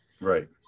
right